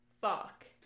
Fuck